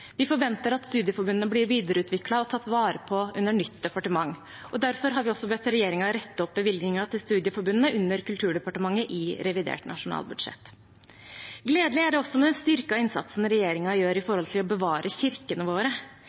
Vi forventer at studieforbundene blir videreutviklet og tatt vare på under nytt departement, og derfor har vi også bedt regjeringen rette opp bevilgningen til studieforbundene under Kulturdepartementet i revidert nasjonalbudsjett. Gledelig er det også med den styrkede innsatsen regjeringen gjør for å bevare kirkene våre.